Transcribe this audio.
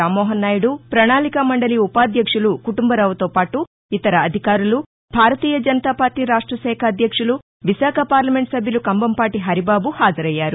రామ్మెహన్నాయుడు పణాళిక మండలి ఉపాధ్యక్షుడు కుటుంబరావుతో పాటు ఇతర అధికారులు భారతీయ జనతాపార్టీ రాష్ట శాఖ అధ్యక్షులు విశాఖ పార్లమెంట్ సభ్యులు కంభంపాటి హరిబాబు హాజరయ్యారు